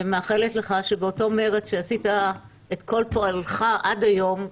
ומאחלת לך שבאותו מרץ שעשית את כל פועלך עד היום,